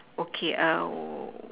okay err